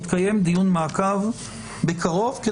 יתקיים דיון מעקב בקרוב,